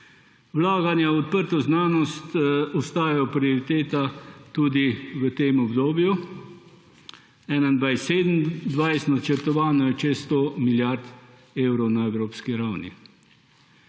Vlaganja v odprto znanost ostaja prioriteta tudi v tem obdobju 2021–2027, načrtovano je čez 100 milijard evrov na evropski ravni.